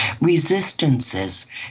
resistances